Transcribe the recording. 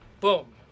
Boom